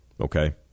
Okay